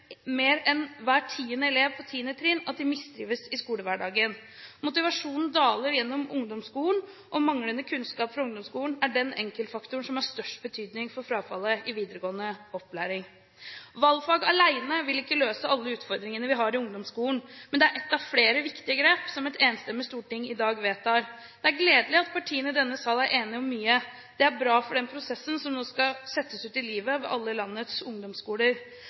hver tiende elev på 10. trinn at de mistrives i skolehverdagen. Motivasjonen daler gjennom ungdomsskolen, og manglende kunnskap fra ungdomsskolen er den enkeltfaktoren som har størst betydning for frafallet i videregående opplæring. Valgfag alene vil ikke møte alle utfordringene vi har i ungdomsskolen, men det er ett av flere viktige grep som et enstemmig storting i dag vedtar. Det er gledelig at partiene i denne sal er enig om mye. Det er bra for den prosessen som nå skal settes ut i livet ved alle landets ungdomsskoler.